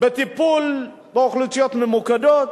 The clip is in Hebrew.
בטיפול באוכלוסיות ממוקדות.